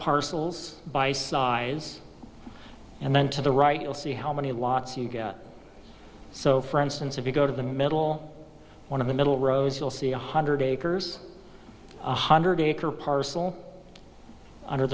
parcels by size and then to the right you'll see how many lots you get so for instance if you go to the middle one of the middle rows you'll see one hundred acres one hundred acre parcel under